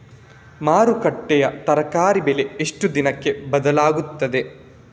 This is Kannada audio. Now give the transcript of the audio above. ಮಾರುಕಟ್ಟೆಯ ತರಕಾರಿ ಬೆಲೆ ಎಷ್ಟು ದಿನಕ್ಕೆ ಬದಲಾಗುತ್ತದೆ?